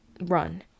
run